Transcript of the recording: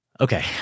Okay